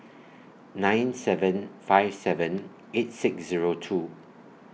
nine seven five seven eight six Zero two